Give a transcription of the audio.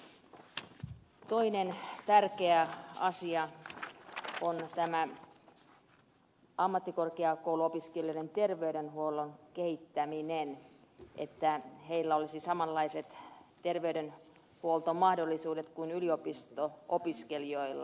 toinen tärkeä asia on tämä ammattikorkeakouluopiskelijoiden terveydenhuollon kehittäminen että heillä olisi samanlaiset terveydenhuoltomahdollisuudet kuin yliopisto opiskelijoilla